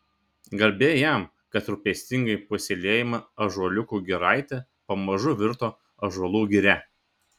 garbė jam kad rūpestingai puoselėjama ąžuoliukų giraitė pamažu virto ąžuolų giria